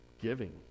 giving